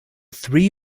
three